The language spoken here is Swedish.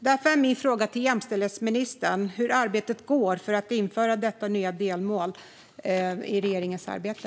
Därför är min fråga till jämställdhetsministern hur arbetet går med att införa detta nya delmål i regeringens arbete.